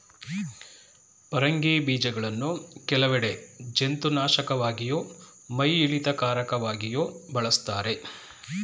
ಪರಂಗಿ ಬೀಜಗಳನ್ನು ಕೆಲವೆಡೆ ಜಂತುನಾಶಕವಾಗಿಯೂ ಮೈಯಿಳಿತಕಾರಕವಾಗಿಯೂ ಬಳಸ್ತಾರೆ